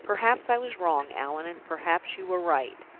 perhaps i was wrong, allan, and perhaps you were right.